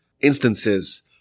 instances